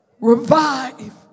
Revive